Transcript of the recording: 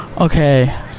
Okay